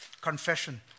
confession